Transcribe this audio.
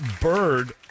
bird